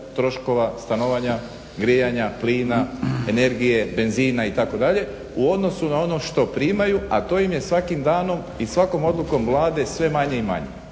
troškova stanovanja, grijanja, plina, energije, benzina itd. u odnosu na ono što primaju a to im je svakim danom i svakom odluke Vlade sve manje i manje,